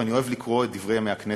ואני אוהב לקרוא את "דברי הכנסת"